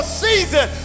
season